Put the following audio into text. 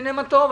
הנה מה טוב.